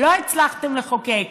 לא הצלחתם לחוקק